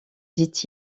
dit